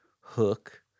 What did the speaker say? hook